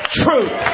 truth